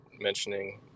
mentioning